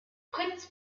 fritz